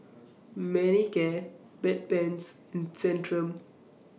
Manicare Bedpans and Centrum